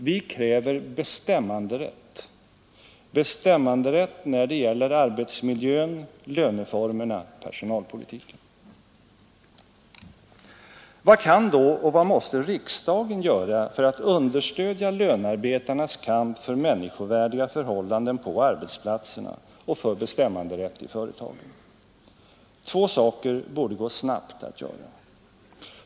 Vi kräver bestämmanderätt när det gäller arbetsmiljön, löneformerna, personalpolitiken! kamp för människovärdiga förhållanden på arbetsplatserna och för bestämmanderätt i företagen? Två saker borde gå snabbt att göra.